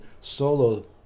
solo